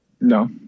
No